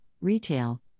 retail